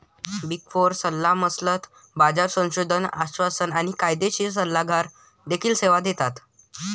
big four सल्लामसलत, बाजार संशोधन, आश्वासन आणि कायदेशीर सल्लागार देखील सेवा देतात